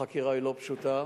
החקירה היא לא פשוטה.